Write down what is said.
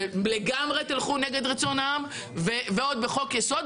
שלגמרי תלכו נגד רצון העם ועוד בחוק-יסוד,